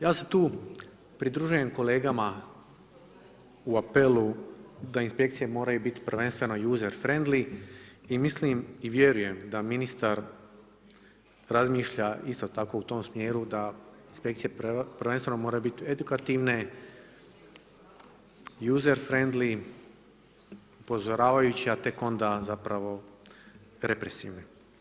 Ja se tu pridružujem kolegama u apelu da inspekcije moraju biti prvenstveno user-friendly i mislim i vjerujem da ministar razmišlja isto tako u tom smjeru, da inspekcije prvenstveno moraju biti edukativne, user-friendly, upozoravajuće a tek onda zapravo, represivne.